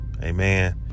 Amen